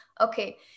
okay